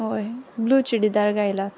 ओय ब्लू चुडिदार घायला